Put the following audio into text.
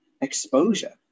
exposure